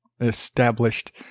established